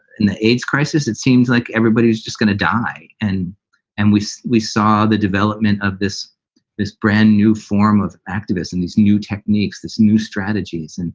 and the aids crisis, it seems like everybody is just going to die. and and we we saw the development of this this brand new form of activists and these new techniques, new strategies. and